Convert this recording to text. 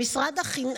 הכינוס,